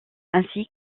ainsi